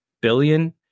billion